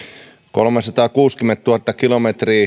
kolmesataakuusikymmentätuhatta kilometriä